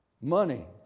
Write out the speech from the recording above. Money